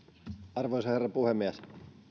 arvoisa herra puhemies